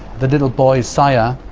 the little boy, isaiah,